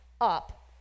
up